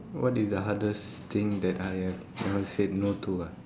what is the hardest thing that I have ever said no to ah